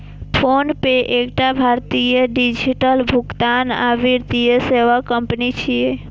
PhonePe एकटा भारतीय digital भुगतान आ वित्तीय सेवा कंपनी छियै